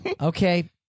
Okay